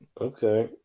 Okay